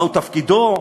מהו תפקידו,